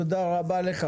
תודה רבה לך.